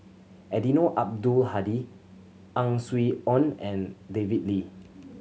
Eddino Abdul Hadi Ang Swee Aun and David Lee